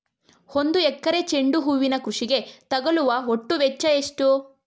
ಒಂದು ಎಕರೆ ಚೆಂಡು ಹೂವಿನ ಕೃಷಿಗೆ ತಗಲುವ ಒಟ್ಟು ವೆಚ್ಚ ಎಷ್ಟು?